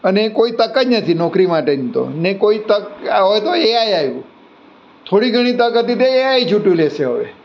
અને કોઈ તક જ નથી નોકરી માટેની તો ને કોઈ તક આ હોય તો એઆઈ આવ્યું થોડી ઘણી તક હતી તે એઆઈ ઝુંટવી લેશે હવે